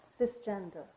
cisgender